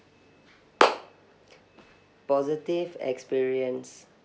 positive experience